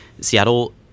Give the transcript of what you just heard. seattle